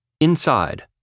Inside